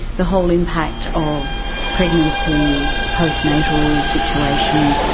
the whole impact of pregnancy, postnatal situation,